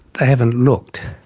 they haven't looked,